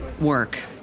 work